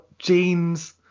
Jeans